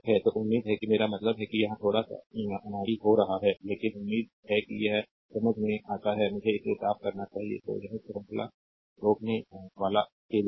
तो उम्मीद है कि मेरा मतलब है कि यहां थोड़ा सा अनाड़ी हो रहा है लेकिन उम्मीद है कि यह समझ में आता है मुझे इसे साफ करना चाहिए तो यह श्रृंखला श्रृंखला रोकनेवाला के लिए है